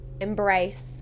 embrace